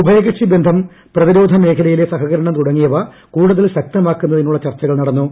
ഉഭയകക്ഷിബന്ധം പ്രതിരോധ മേഖലയിലെ സഹകരണം തുടങ്ങിയവ കൂടുതൽ ശക്തമാക്കുന്നതിനുള്ള ചർച്ചകൾ നടന്നു